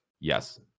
Yes